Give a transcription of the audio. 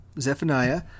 Zephaniah